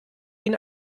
ihn